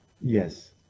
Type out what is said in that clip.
Yes